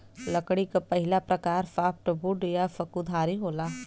लकड़ी क पहिला प्रकार सॉफ्टवुड या सकुधारी होला